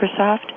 Microsoft